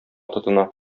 тотына